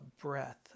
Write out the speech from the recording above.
Breath